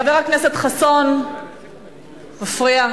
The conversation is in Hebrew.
חבר הכנסת חסון, מפריע.